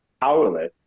powerless